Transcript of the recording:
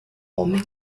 homem